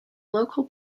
local